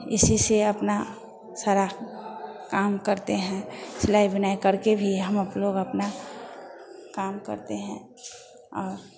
इसी से अपना सारा काम करते हैं सिलाई बुनाई करके भी हम अप लोग अपना काम करते हैं और